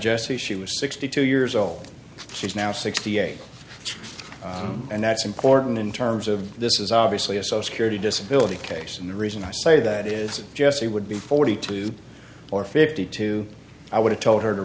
jesse she was sixty two years old she's now sixty eight and that's important in terms of this is obviously a so security disability case and the reason i say that is jessie would be forty two or fifty two i would have told her to